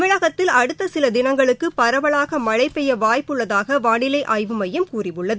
தமிழகத்தில் அடுத்த சில திளங்களுக்கு பரவலாக மழை பெய்ய வாய்ப்பு உள்ளதாக வானிலை ஆய்வு மையம் கூறியுள்ளது